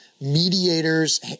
mediators